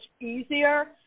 easier